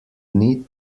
need